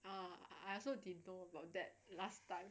uh I also didn't know about that last time